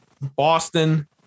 Boston